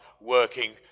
working